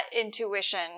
intuition